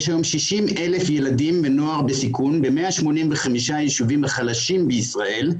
יש היום 60,000 ילדים ונוער בסיכון ב-185 ישובים חלשים בישראל,